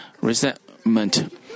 resentment